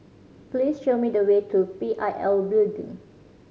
please show me the way to P I L Building